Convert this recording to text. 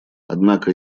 однако